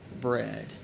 bread